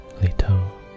little